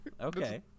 Okay